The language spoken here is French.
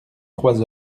trois